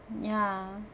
ya